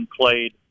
played